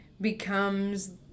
becomes